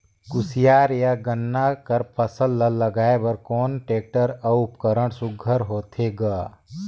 कोशियार या गन्ना कर फसल ल लगाय बर कोन टेक्टर अउ उपकरण सुघ्घर होथे ग?